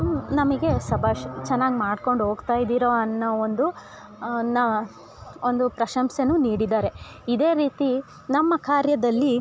ನಮಗೆ ಶಬ್ಬಾಷ್ ಚೆನ್ನಾಗಿ ಮಾಡ್ಕೊಂಡು ಹೋಗ್ತಾ ಇದ್ದೀರಿ ಅನ್ನೋ ಒಂದು ನಾ ಒಂದು ಪ್ರಶಂಸೆಯನ್ನು ನೀಡಿದ್ದಾರೆ ಇದೇ ರೀತಿ ನಮ್ಮ ಕಾರ್ಯದಲ್ಲಿ